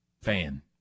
fan